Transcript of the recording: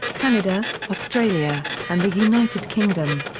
canada, australia, and the united kingdom.